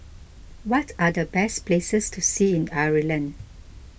what are the best places to see in Ireland